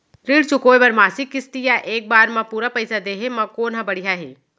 ऋण चुकोय बर मासिक किस्ती या एक बार म पूरा पइसा देहे म कोन ह बढ़िया हे?